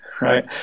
right